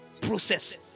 process